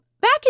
back